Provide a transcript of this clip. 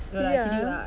see ah